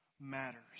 matters